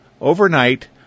Overnight